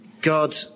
God